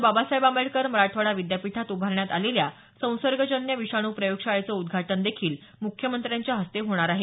बाबासाहेब आंबेडकर मराठवाडा विद्यापीठात उभारण्यात आलेल्या संसर्गजन्य विषाणू प्रयोगशाळेचं उद्घाटन देखील म्ख्यमंत्र्यांच्या हस्ते होणार आहे